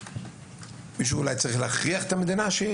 מישהו אולי צריך להכריח את המדינה.